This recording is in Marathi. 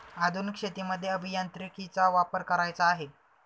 आधुनिक शेतीमध्ये अभियांत्रिकीचा वापर करायचा आहे